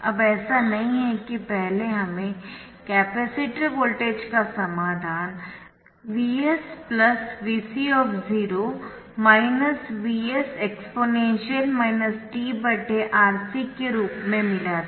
अब ऐसा नहीं है कि पहले हमें कैपेसिटर वोल्टेज का समाधान Vs Vc Vs exp tR C के रूप में मिला था